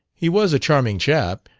he was a charming chap.